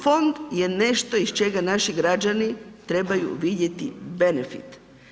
Fond je nešto iz čega naši građani trebaju vidjeti benefit.